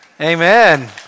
Amen